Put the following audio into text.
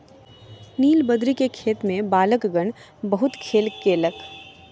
नीलबदरी के खेत में बालकगण बहुत खेल केलक